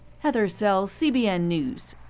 heather sells, cbn news.